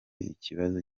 ikibazo